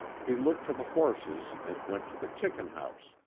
he looked to the horses and went to the chicken house,